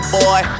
boy